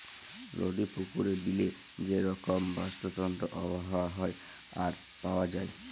নদি, পুকুরে, বিলে যে রকম বাস্তুতন্ত্র আবহাওয়া হ্যয়ে আর পাওয়া যায়